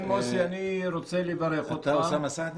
אתה יכול להביא את הוועדה הזאת